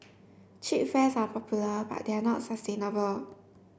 cheap fares are popular but they are not sustainable